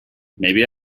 maybe